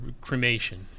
cremation